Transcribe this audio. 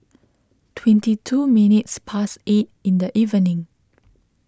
twenty two minutes past eight in the evening